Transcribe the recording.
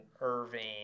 Irving